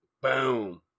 boom